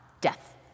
death